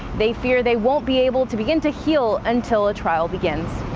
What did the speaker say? they fear they won't be able to begin to heal until a trial begins.